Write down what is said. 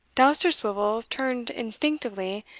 dousterswivel turned instinctively,